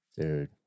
Dude